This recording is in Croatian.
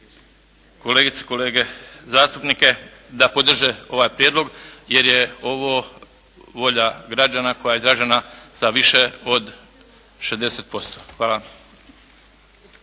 kolegice i kolege zastupnike da podrže ovaj prijedlog jer je ovo volja građana koja je izražena sa više od 60%. Hvala.